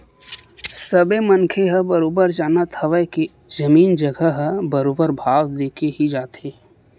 सबे मनखे ह बरोबर जानत हवय के जमीन जघा ह बरोबर भाव देके ही जाथे